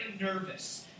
nervous